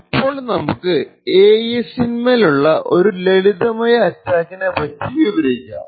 ഇപ്പോൾ നമുക്ക് AES ൻ മേലുള്ള ഒരു ലളിതമായ അറ്റാക്കിനെ പറ്റി വിവരിക്കാം